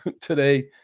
today